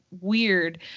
weird